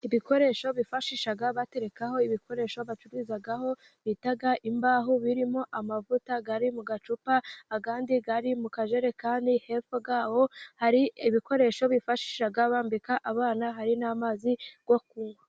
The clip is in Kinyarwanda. Ibikoresho bifashisha baterekaho ibikoresho bacururizaho bita imbaho birimo amavuta ari mu gacupa, andi ari mu kajerekani, hepfo yaho hari ibikoresho bifashisha bambika abana hari n'amazi yo kunywa.